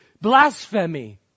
blasphemy